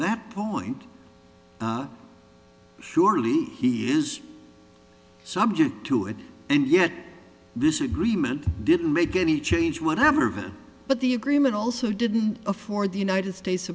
that point surely he is subject to it and yet this agreement didn't make any change whatever but the agreement also didn't afford the united states